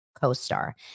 Co-star